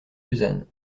suzanne